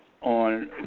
on